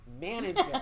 manager